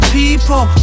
people